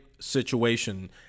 situation